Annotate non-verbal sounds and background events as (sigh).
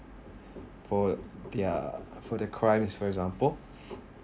for their for the crimes for example (breath)